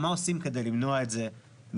והשאלה מה עושים כדי למנוע את זה מלכתחילה,